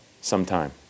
sometime